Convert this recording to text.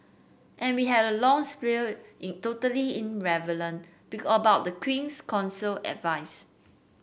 and we had a long spiel in totally irrelevant be about the Queen's Counsel advice